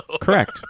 Correct